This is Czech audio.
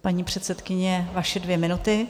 Paní předsedkyně, vaše dvě minuty.